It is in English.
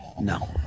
No